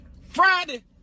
Friday